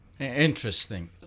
Interesting